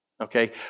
okay